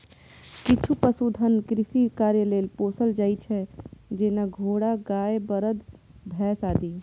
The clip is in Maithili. किछु पशुधन कृषि कार्य लेल पोसल जाइ छै, जेना घोड़ा, गाय, बरद, भैंस आदि